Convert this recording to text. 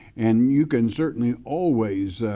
and you can certainly always